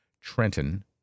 Trenton